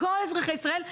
אלא של כל אזרחי ישראל.